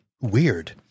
weird